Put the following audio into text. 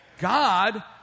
God